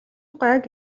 гуайг